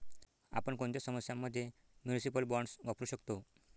आपण कोणत्या समस्यां मध्ये म्युनिसिपल बॉण्ड्स वापरू शकतो?